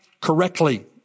correctly